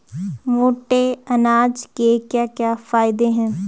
मोटे अनाज के क्या क्या फायदे हैं?